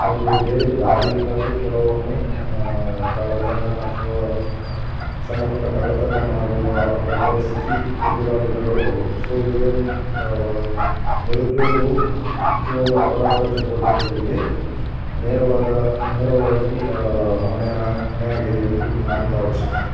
ಅವರಿಗೆ ಬೇರೆ ದಾರಿ ಇಲ್ಲದೆ ಕೆಲವೊಮ್ಮೆ ಕಳ್ಳತನ ಅಥವಾ ಸಣ್ಣ ಪುಟ್ಟ ಕಳ್ಳತನ ಮಾಡುವ ಒಂದು ಪರಿಸ್ಥಿತಿ ಎದುರಾಗಿರಲೂಬಹುದು ಸೊ ಇದರಿಂದ ನಿರುದ್ಯೋಗವು ಈ ಒಂದು ಅಪರಾಧ ಚಟುವಟಿಕೆಗಳಿಗೆ ನೇರವಾದ ನೇರವಾಗಿ ಹೊಣೆಯಾ ಹೊಣೆಯಾಗಿದೆ ಎಂದು ನಾನು ಭಾವಿಸುತ್ತೇನೆ